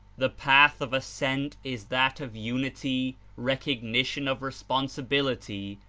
the path of ascent is that of unity, recognition of responsibility,